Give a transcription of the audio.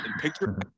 picture